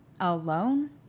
alone